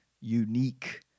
unique